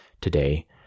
Today